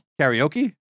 Karaoke